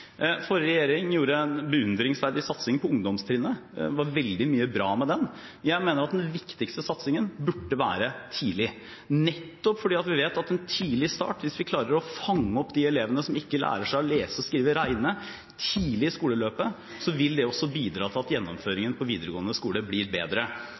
Forrige regjering gjorde en beundringsverdig satsing på ungdomstrinnet. Det var veldig mye bra med det. Jeg mener at den viktigste satsingen burde skje tidlig, en tidlig start, nettopp fordi vi vet at hvis vi klarer å fange opp de elevene som ikke lærer seg å lese, skrive og regne, tidlig i skoleløpet, vil det også bidra til at gjennomføringen på videregående skole blir bedre.